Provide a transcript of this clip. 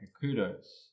kudos